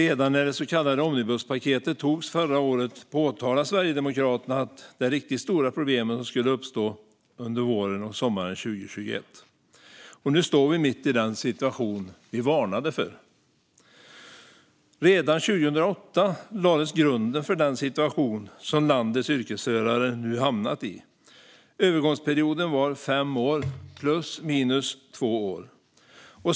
Redan när det så kallade omnibuspaketet antogs förra året påpekade Sverigedemokraterna att det riktigt stora problemet skulle uppstå under våren och sommaren 2021. Nu står vi mitt i den situation som vi varnade för. Redan 2008 lades grunden för den situation som landets yrkesförare nu har hamnat i. Övergångsperioden var fem år plus/minus två år.